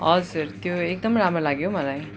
हजुर त्यो एकदम राम्रो लाग्यो मलाई